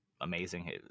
amazing